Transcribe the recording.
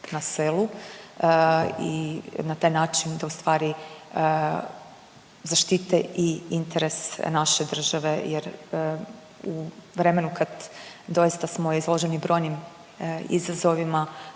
na selu i na taj način da ustvari zaštite i interes naše države jer u vremenu kad doista smo izloženi brojnim izazovima